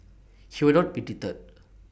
he will not be deterred